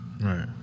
Right